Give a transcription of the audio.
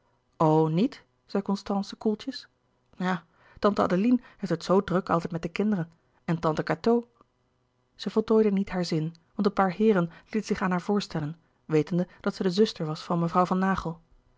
niet zei constance koeltjes ja tante adeline heeft het zoo druk altijd met de kinderen en tante cateau louis couperus de boeken der kleine zielen zij voltooide niet haar zin want een paar heeren lieten zich aan haar voorstellen wetende dat zij de zuster was van mevrouw van naghel